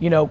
you know